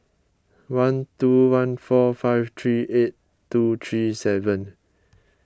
one two one four five three eight two three seven